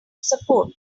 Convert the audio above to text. support